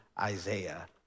Isaiah